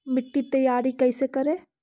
मिट्टी तैयारी कैसे करें?